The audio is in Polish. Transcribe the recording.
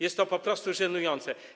Jest to po prostu żenujące.